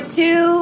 two